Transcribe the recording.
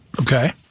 Okay